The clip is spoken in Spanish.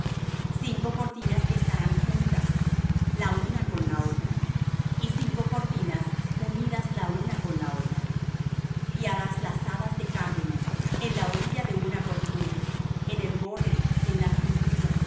cinco cortinas estarán juntas la una con la otra y cinco cortinas unidas la una con la otra y harás lazadas de cárdeno en la orilla de la una cortina en el borde en la juntura